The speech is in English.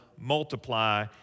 multiply